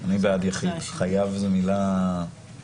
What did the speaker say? אני בעד יחיד, חייב זו מילה מורכבת.